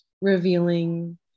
revealing